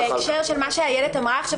בהקשר של מה שאילת אמרה עכשיו,